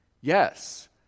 Yes